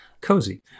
cozy